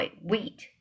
wheat